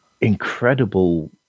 incredible